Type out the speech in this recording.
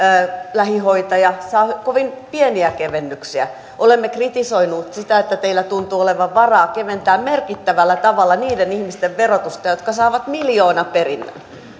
lähihoitaja saa kovin pieniä kevennyksiä olemme kritisoineet sitä että teillä tuntuu olevan varaa keventää merkittävällä tavalla niiden ihmisten verotusta jotka saavat miljoonaperinnön